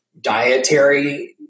dietary